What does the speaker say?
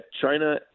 China